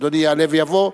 אדוני יעלה ויבוא.